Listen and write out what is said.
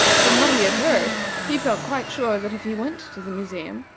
from what he had heard he felt quite sure that if he went to the museum,